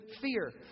fear